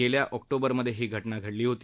गेल्या ऑक्टोबरमध्ये ही घटना घडली होती